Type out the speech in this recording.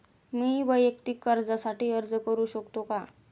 मी वैयक्तिक कर्जासाठी अर्ज करू शकतो का?